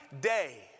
day